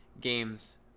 games